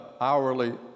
hourly